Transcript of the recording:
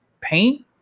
paint